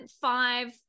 five